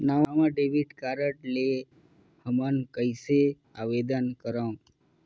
नवा debit card ले हमन कइसे आवेदन करंव?